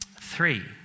Three